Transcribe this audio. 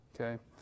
Okay